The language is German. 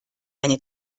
eine